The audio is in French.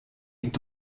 est